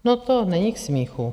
No, to není k smíchu.